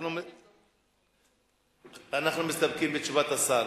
אנחנו מסתפקים בתשובת השר.